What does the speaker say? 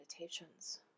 meditations